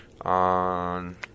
on